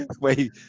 wait